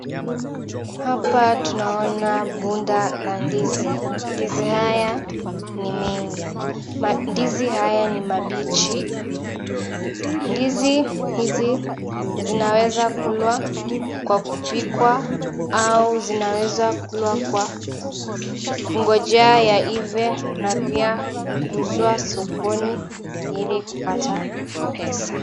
Hapa tunaona bunda la ndizi, ndizi haya ni mingi. Mandizi haya ni mabichi, ndizi hizi linaweza kulwa kwa kupika au zinaweza kulwa kwa kungojea yaive na pia kuuzwa sokoni ili kupata pesa.